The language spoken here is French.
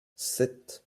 sept